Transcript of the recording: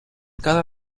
cada